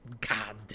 God